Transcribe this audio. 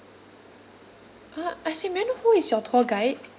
ah I see may I know who is your tour guide